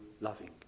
loving